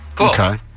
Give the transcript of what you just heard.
Okay